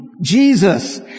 Jesus